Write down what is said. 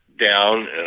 down